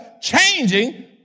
changing